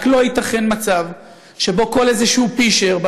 רק לא ייתכן מצב שבו כל איזשהו פּישֶר,